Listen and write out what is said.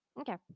Okay